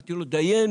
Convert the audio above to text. אמרתי לו, דיינו.